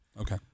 Okay